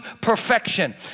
perfection